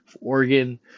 Oregon